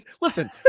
Listen